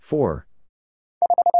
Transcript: Four